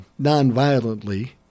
nonviolently